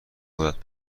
قدرت